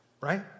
right